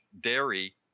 dairy